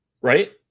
right